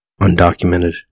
undocumented